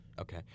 Okay